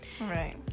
right